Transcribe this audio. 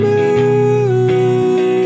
Moon